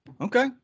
Okay